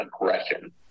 aggression